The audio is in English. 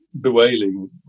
bewailing